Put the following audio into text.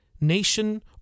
nation